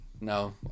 no